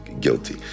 guilty